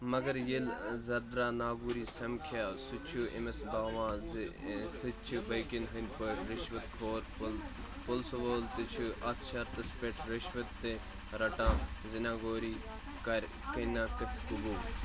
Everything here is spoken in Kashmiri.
مگر ییٚلہِ زردا ناگوری سمکھیٚو سُہ چھُ أمِس باوان زِ سُتہِ چھُ باقِین پٲٹھۍ رِشوت خور پُلسہٕ وول تہٕ چھُ اتھ شرطس پیٚٹھ رِشوت تہِ رَٹان زِ ناگوری کرِ کَناکتھ قبوٗل